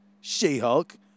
She-Hulk